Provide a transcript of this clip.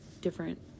different